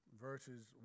verses